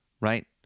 right